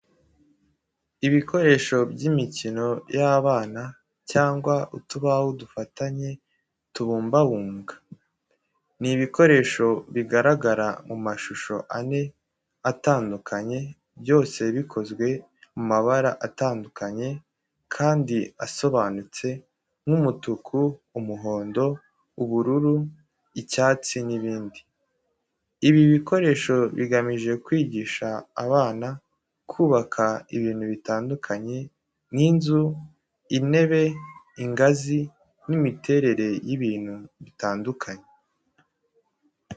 Ibikoresho by’imikino y’abana cyangwa utubaho dufatanye tubumbabumbwa. Ni ibikoresho bigaragara mu mashusho ane atandukanye byose bikozwe mu mabara atandukanye kandi asobanutse nk’umutuku, umuhondo, ubururu, icyatsi, n’ibindi. Ibi bikoresho bigamije kwigisha abana kubaka ibintu bitandukanye nk’inzu, intebe, ingazi, n’imiterere y'ibintu bitandukanye.